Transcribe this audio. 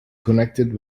connected